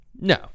No